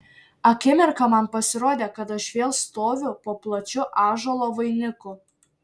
akimirką man pasirodė kad aš vėl stoviu po plačiu ąžuolo vainiku